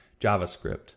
JavaScript